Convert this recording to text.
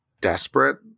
desperate